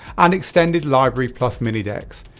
and extended library plus mini-decks.